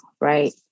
right